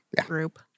group